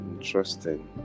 interesting